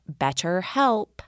BetterHelp